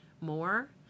more